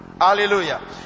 Hallelujah